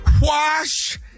Wash